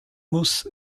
muss